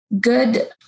good